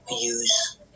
Use